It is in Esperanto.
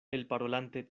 elparolante